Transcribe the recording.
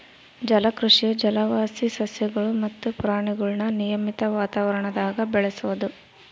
ಜಲಕೃಷಿಯು ಜಲವಾಸಿ ಸಸ್ಯಗುಳು ಮತ್ತೆ ಪ್ರಾಣಿಗುಳ್ನ ನಿಯಮಿತ ವಾತಾವರಣದಾಗ ಬೆಳೆಸೋದು